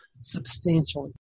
substantially